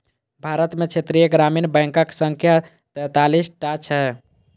भारत मे क्षेत्रीय ग्रामीण बैंकक संख्या तैंतालीस टा छै